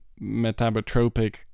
Metabotropic